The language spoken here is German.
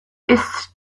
ist